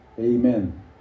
amen